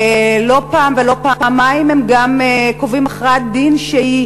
ולא פעם ולא פעמיים הם גם קובעים הכרעת דין שהיא